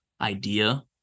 idea